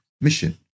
mission